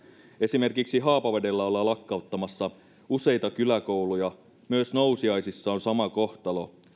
esimerkiksi haapavedellä ollaan lakkauttamassa useita kyläkouluja myös nousiaisissa on sama kohtalo